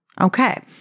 Okay